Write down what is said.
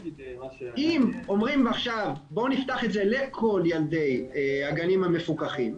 אם אומרים עכשיו 'בוא נפתח את זה לכל ילדי הגנים המפוקחים',